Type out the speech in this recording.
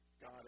God